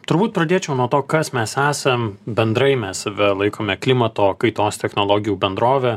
turbūt pradėčiau nuo to kas mes esam bendrai mes save laikome klimato kaitos technologijų bendrove